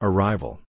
Arrival